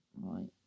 Right